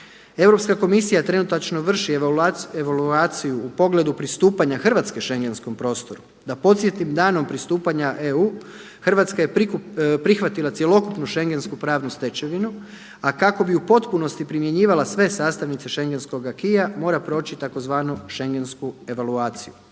Europska komisija trenutačno vrši evaluaciju u pogledu pristupanja Hrvatske Schengenskom prostoru. Da podsjetim danom pristupanja EU Hrvatska je prihvatila cjelokupnu schengensku pravu stečevinu a kako bi u potpunosti primjenjivala sve sastavnice schengenskoga akija mora proći tzv. schengensku evaluaciju.